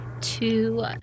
two